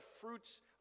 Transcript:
fruits